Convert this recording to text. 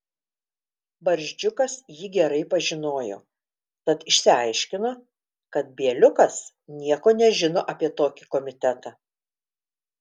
barzdžiukas jį gerai pažinojo tad išsiaiškino kad bieliukas nieko nežino apie tokį komitetą